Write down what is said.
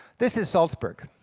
this is salzburg.